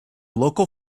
local